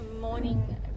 morning